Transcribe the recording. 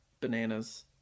Bananas